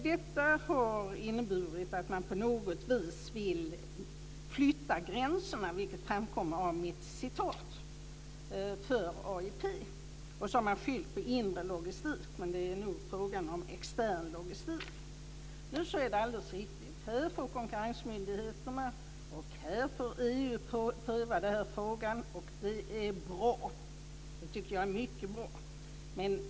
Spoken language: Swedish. Detta har inneburit att man på något vis vill flytta gränserna för AIP, vilket framkommer av mitt citat. Man har fyllt med inre logistik, men det är nog fråga om extern logistik. Nu får konkurrensmyndigheterna och EU pröva den här frågan, och det är mycket bra.